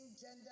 gender